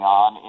on